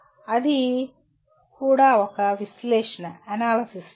అది కూడా ఒక విశ్లేషణఅనాలసిస్ చర్య